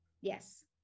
Yes